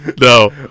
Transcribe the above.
no